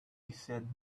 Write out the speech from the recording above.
said